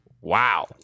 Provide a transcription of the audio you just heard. Wow